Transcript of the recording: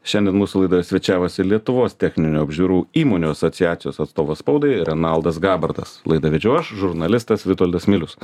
šiandien mūsų laidoje svečiavosi lietuvos techninių apžiūrų įmonių asociacijos atstovas spaudai renaldas gabartas laidą vedžiau aš žurnalistas vitoldas milius